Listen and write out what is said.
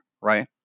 right